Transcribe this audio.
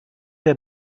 der